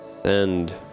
Send